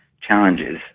challenges